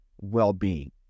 well-being